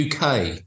UK